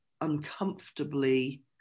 uncomfortably